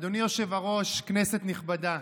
אדוני היושב-ראש, כנסת נכבדה,